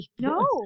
No